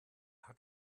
hat